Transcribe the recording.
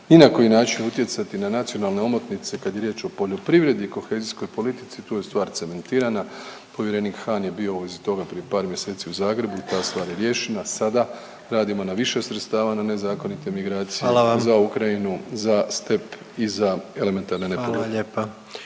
ni na koji način utjecati na nacionalne omotnice kad je riječ o poljoprivredi i kohezijskoj politici tu je stvar cementirana, povjerenik Hahn je bio osim toga prije par mjeseci u Zagrebu pa je stvar riješena. Sada radimo na više sredstva na više sredstva na nezakonite migracije